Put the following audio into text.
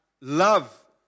Love